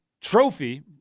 trophy